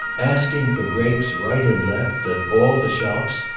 asking for grapes right and left, at all the shops,